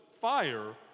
fire